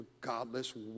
godless